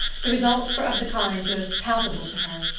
the results were of the kind most palpable to her.